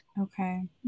Okay